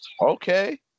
Okay